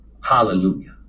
hallelujah